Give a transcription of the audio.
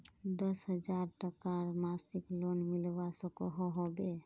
दस हजार टकार मासिक लोन मिलवा सकोहो होबे?